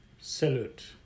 Salute